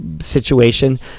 situation